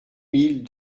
mille